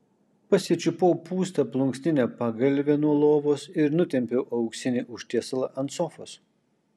pasičiupau pūstą plunksninę pagalvę nuo lovos ir nutempiau auksinį užtiesalą ant sofos